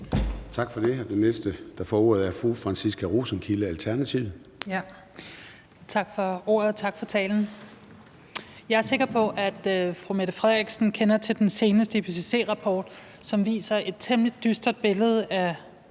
Alternativet. Kl. 13:30 (Partileder) Franciska Rosenkilde (ALT): Tak for ordet, tak for talen. Jeg er sikker på, at fru Mette Frederiksen kender til den seneste IPCC-rapport, som viser et temmelig dystert billede af